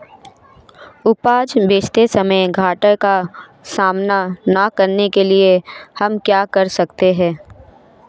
उपज बेचते समय घाटे का सामना न करने के लिए हम क्या कर सकते हैं?